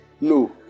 no